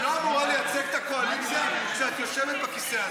את לא אמורה לייצג את הקואליציה כשאת יושבת בכיסא הזה.